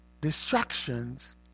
distractions